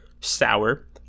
sour